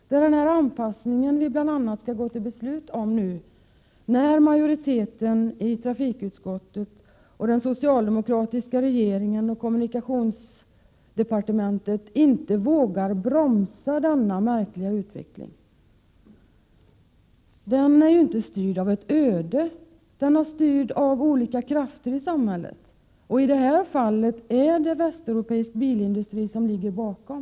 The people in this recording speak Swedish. Det är denna anpassning som vi nu bl.a. skall besluta om. Majoriteten i trafikutskottet, den socialdemokratiska regeringen och kommunikationsdepartementet vågar inte bromsa denna märkliga utveckling. Den är inte styrd av ett öde, utan den är styrd av olika krafter i samhället! I detta fall är det västeuropeisk bilindustri som ligger bakom.